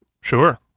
Sure